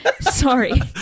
sorry